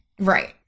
right